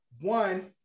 one